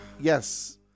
yes